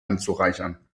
anzureichern